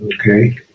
okay